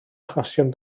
achosion